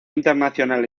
internacional